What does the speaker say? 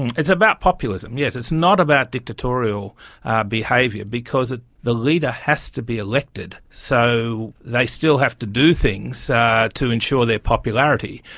and it's about populism, yes, it's not about dictatorial behaviour because ah the leader has to be elected. so they still have to do things ah to ensure their popularity.